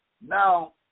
Now